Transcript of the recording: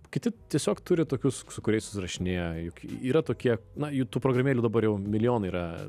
kiti tiesiog turi tokius su kuriais susirašinėja juk yra tokie na jų tų programėlių dabar jau milijonai yra